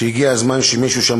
שהגיע הזמן שמישהו שם,